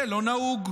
זה לא נהוג,